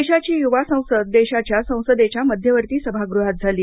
यंदाची युवा संसद देशाच्या संसदेच्या मध्यवर्ती सभागृहात झाली